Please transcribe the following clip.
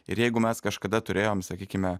ir jeigu mes kažkada turėjom sakykime